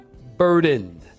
burdened